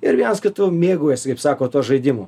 ir vienas kitu mėgaujasi kaip sako tuo žaidimu